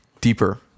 Deeper